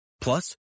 Plus